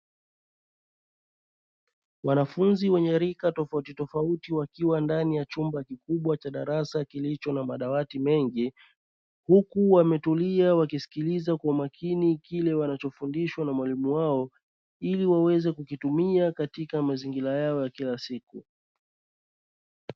Wanafunzi wenye rika tofautitofauti; wakiwa ndani ya chumba kikubwa cha darasa kilicho na madawati mengi, huku wametulia wakisikiliza kwa makini kile wanachofundishwa na mwalimu wao, ili waweze kukitumia katika mazingira yao ya kila siku.